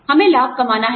हमें लाभ कमाना है